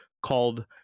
called